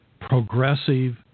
progressive